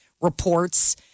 reports